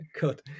Good